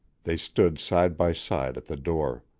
they stood side by side at the door.